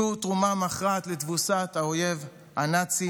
היא תרומה מכרעת לתבוסת האויב הנאצי